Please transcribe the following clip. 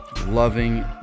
loving